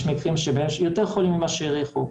יש מקרים שבהם יש יותר חולים ממה שהעריכו.